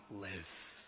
live